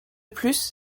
plus